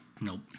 Nope